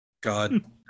God